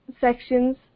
sections